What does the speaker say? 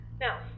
Now